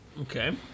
Okay